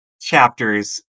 chapters